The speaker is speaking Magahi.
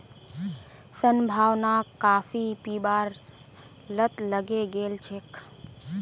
संभावनाक काफी पीबार लत लगे गेल छेक